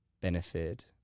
benefit